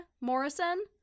Morrison